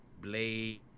Blade